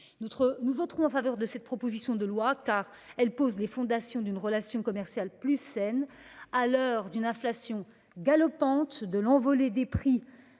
Nous voterons en faveur de cette proposition de loi, car elle pose les fondations d'une relation commerciale plus saine, à l'heure de l'inflation galopante ainsi que de l'envolée des prix